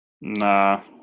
Nah